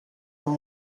amb